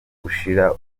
gushira